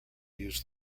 used